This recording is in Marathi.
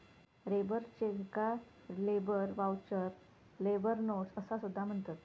लेबर चेक याका लेबर व्हाउचर, लेबर नोट्स असा सुद्धा म्हणतत